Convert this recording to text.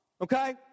okay